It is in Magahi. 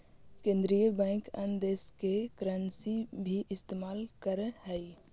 केन्द्रीय बैंक अन्य देश की करन्सी भी इस्तेमाल करअ हई